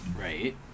Right